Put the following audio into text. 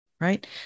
right